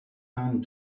calmed